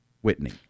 Whitney